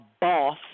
boss